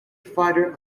fighter